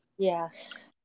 Yes